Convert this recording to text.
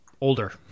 older